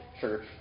church